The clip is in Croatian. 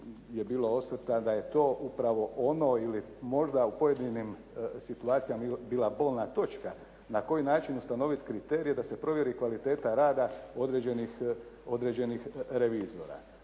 ime klubova da je to upravo ono ili možda u pojedinim situacijama bila bolna točka, na koji način ustanoviti kriterije da se provjeri kvaliteta rada određenih revizora.